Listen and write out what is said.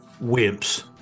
wimps